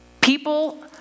people